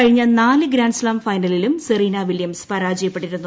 കഴിഞ്ഞ നാല് ഗ്രാന്റ്സ്താം ഫൈനലിലും സെറീനാ വില്യംസ് പരാജയപ്പെട്ടിരുന്നു